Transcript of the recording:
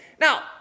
Now